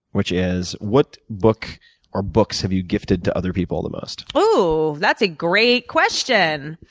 which is what book or books have you gifted to other people the most? oh, that's a great question.